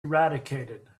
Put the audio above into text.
eradicated